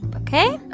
but ok? are